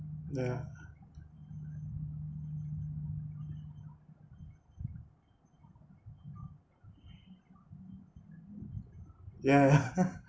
yeah yeah